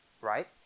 right